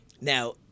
Now